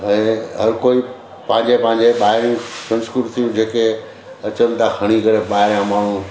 ऐं हर कोई पंहिंजे पंहिंजे ॿाहिरियूं संस्कृतियूं जेके अचनि था खणी करे ॿाहिरां माण्हू